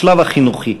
השלב החינוכי.